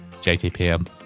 JTPM